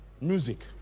music